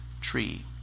tree